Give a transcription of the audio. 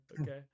Okay